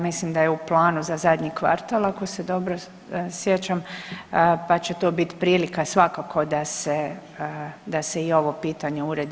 Mislim da je u planu za zadnji kvartal ako se dobro sjećam, pa će to bit prilika svakako da se i ovo pitanje uredi.